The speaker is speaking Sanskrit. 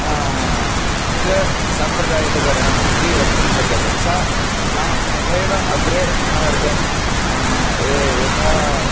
तत् साम्प्रदायिकतरणम् इति वक्तुं शक्यते सा नाम तथैव अग्रे अनुवर्तयन् ये यथा